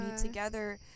together